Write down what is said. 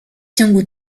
ciągu